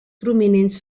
prominents